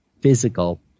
physical